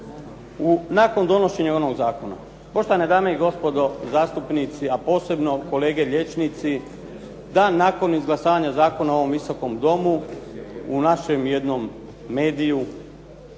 nakon donošenja onog zakona? Poštovane dame i gospodo zastupnici, a posebno kolege liječnici da nakon izglasavanja zakona u ovom Visokom domu u našem jednom mediju